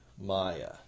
Maya